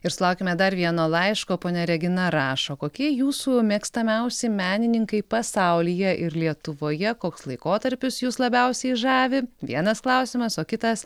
ir sulaukėme dar vieno laiško ponia regina rašo kokie jūsų mėgstamiausi menininkai pasaulyje ir lietuvoje koks laikotarpis jus labiausiai žavi vienas klausimas o kitas